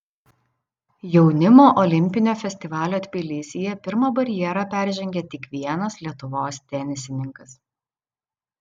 jaunimo olimpinio festivalio tbilisyje pirmą barjerą peržengė tik vienas lietuvos tenisininkas